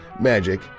magic